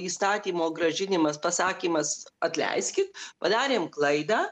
įstatymo grąžinimas pasakymas atleiskit padarėm klaidą